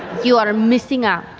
you are missing out.